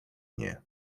nie